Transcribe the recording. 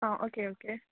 आं okay okay